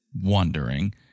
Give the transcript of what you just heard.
wondering